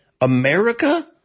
America